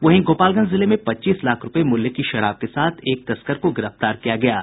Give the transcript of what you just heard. वहीं गोपालगंज जिले में पच्चीस लाख रूपये मूल्य की शराब के साथ एक तस्कर को गिरफ्तार किया गया है